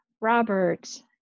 Robert